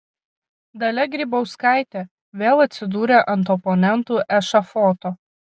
dalia grybauskaitė vėl atsidūrė ant oponentų ešafoto